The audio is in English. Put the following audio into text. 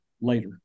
later